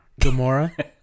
Gamora